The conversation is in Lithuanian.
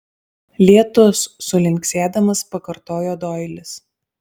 lietus sulinksėdamas pakartojo doilis